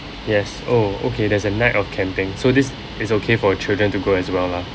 yes oh okay there's a night of camping so this is okay for children to go as well lah